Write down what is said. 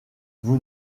vous